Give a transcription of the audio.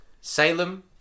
Salem